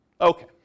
Okay